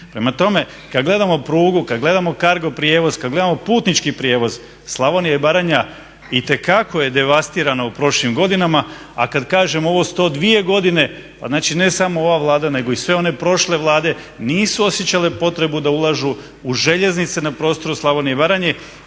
Prema tome, kad gledamo prugu, kad gledamo CARGO prijevoz, kad gledamo putnički prijevoz Slavonija i Baranja itekako je devastirana u prošlim godinama. A kad kažem ovo 102 godine, pa znači ne samo ova Vlada nego i sve one prošle Vlade nisu osjećale potrebu da ulažu u željeznice na prostoru Slavonije i Baranje.